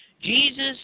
Jesus